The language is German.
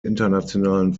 internationalen